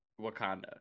Wakanda